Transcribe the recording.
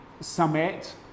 summit